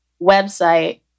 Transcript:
website